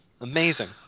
amazing